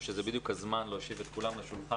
שזה בדיוק הזמן להושיב את כולם לשולחן,